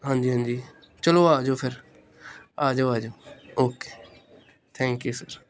ਹਾਂਜੀ ਹਾਂਜੀ ਚਲੋ ਆ ਜਾਓ ਫਿਰ ਆ ਜਾਓ ਆ ਜਾਓ ਓਕੇ ਥੈਂਕ ਯੂ ਸਰ